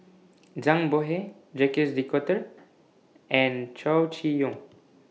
Zhang Bohe Jacques De Coutre and Chow Chee Yong